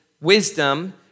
wisdom